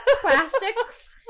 plastics